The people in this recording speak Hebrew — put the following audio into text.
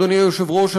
אדוני היושב-ראש,